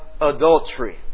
adultery